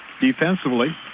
defensively